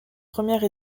première